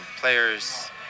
players